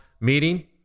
meeting